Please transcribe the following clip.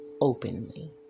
openly